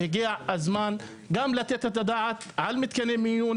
הגיע הזמן גם לתת את הדעת על מתקני מיון